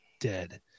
dead